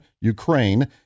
Ukraine